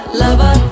lover